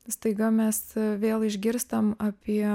staiga mes vėl išgirstam apie